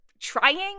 trying